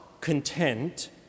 content